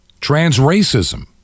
Trans-racism